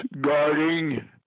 guarding